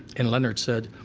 and leonard said,